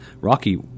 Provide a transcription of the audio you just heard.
rocky